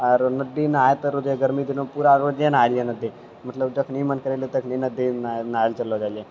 आरो नदी नहाय तऽ रोजे गर्मी दिनो पूरा रोजे नहाय लियै नदी मतलब जखनि मन करै लए तखनि नदी नहाय नहाय लऽ चलि जाइ रहियै